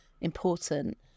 important